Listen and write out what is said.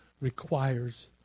requires